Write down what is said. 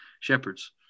shepherds